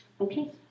Okay